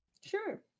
Sure